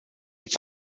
its